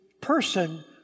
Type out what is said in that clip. person